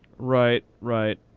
right. right.